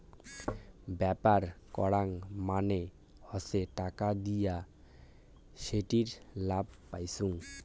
ব্যাপার করং মানে হসে টাকা দিয়া সেটির লাভ পাইচুঙ